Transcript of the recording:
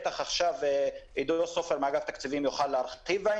עידו מאגף התקציבים יוכל להרחיב.